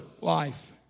life